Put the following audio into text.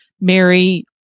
mary